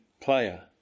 player